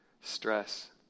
stress